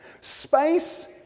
Space